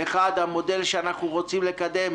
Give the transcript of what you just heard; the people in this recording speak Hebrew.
אחד המודל שאנחנו רוצים לקדם: